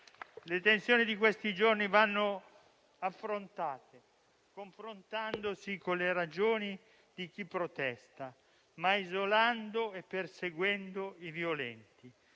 Le tensioni di questi giorni vanno affrontate, confrontandosi con le ragioni di chi protesta, ma isolando e perseguendo i violenti.